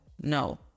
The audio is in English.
no